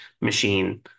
machine